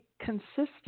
consistent